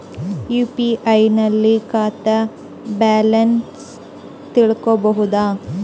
UPI ನಲ್ಲಿ ಖಾತಾ balance ತಿಳಕೊ ಬಹುದಾ?